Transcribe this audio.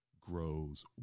grows